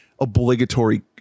obligatory